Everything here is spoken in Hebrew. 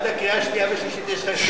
את הצעת חוק הגבלת פרסומים (גופים ציבוריים) (תיקון)